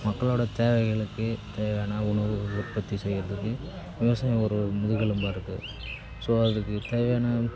மக்களோடய தேவைகளுக்கு தேவையான உணவு உற்பத்தி செய்யறதுக்கு விவசாயம் ஒரு முதுகெலும்பாக இருக்குது ஸோ அதுக்கு தேவையான